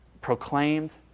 proclaimed